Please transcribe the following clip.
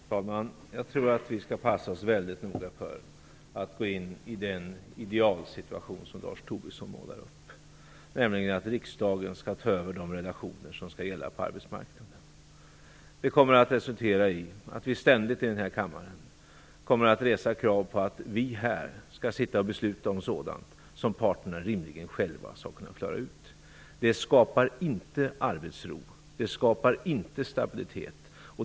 Fru talman! Jag tror att vi skall passa oss väldigt noga för att gå in i den idealsituation som Lars Tobisson måla upp, nämligen att riksdagen skall ta över relationer som skall gälla på arbetsmarknaden. Det kommer att resultera i att vi ständigt i denna kammare kommer att resa krav på att besluta om sådant som parterna rimligen själva skall kunna klara ut. Det skapar inte arbetsro. Det skapar inte stabilitet.